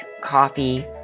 Coffee